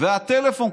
הטלפון,